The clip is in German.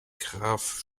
graf